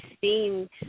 seen